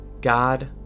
God